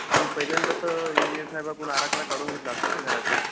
तुम्ही पहिल्यांदा तर इंजिनीअर साहेबाकडून आराखडा काढून घेतला असेल ना घराचा